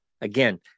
again